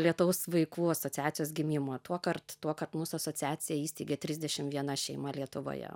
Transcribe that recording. lietaus vaikų asociacijos gimimo tuokart tuo kad mūsų asociaciją įsteigė trisdešim viena šeima lietuvoje